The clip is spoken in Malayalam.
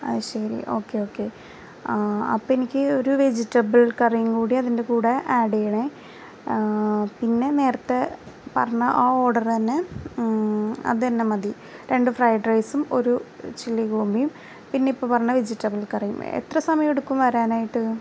അത് ശെരി ഓക്കെ ഓക്കെ അപ്പം എനിക്ക് ഒരു വെജിറ്റബിൾ കറിയും കൂടി അതിൻ്റെ കൂടെ ആഡ് ചെയ്യണേ പിന്നെ നേരത്തെ പറഞ്ഞ ആ ഓർഡറ് തന്നെ അത് തന്നെ മതി രണ്ടു ഫ്രൈഡ് റൈസും ഒരു ചില്ലി ഗോപിയും പിന്നെ ഇപ്പം പറഞ്ഞ വെജിറ്റബിൾ കറിയും എത്ര സമയം എടുക്കും വരാനായിട്ട്